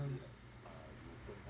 ah ya